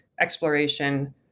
exploration